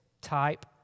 type